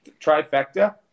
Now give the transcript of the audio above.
trifecta